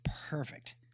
perfect